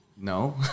No